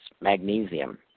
magnesium